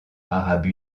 arabe